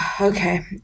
Okay